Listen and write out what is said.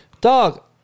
Dog